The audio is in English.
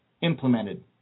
implemented